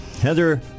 Heather